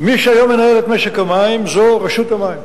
מי שהיום מנהלת את משק המים זו רשות המים.